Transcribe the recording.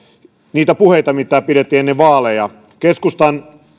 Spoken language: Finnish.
niitä puheita mitä pidettiin ennen vaaleja keskustan